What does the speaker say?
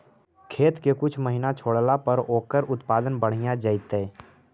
खेत के कुछ महिना छोड़ला पर ओकर उत्पादन बढ़िया जैतइ?